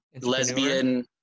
lesbian